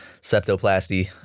Septoplasty